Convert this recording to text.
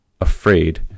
afraid